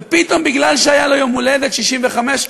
ופתאום בגלל שהיה לו יום הולדת 65,